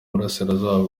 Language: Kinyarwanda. burasirazuba